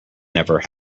never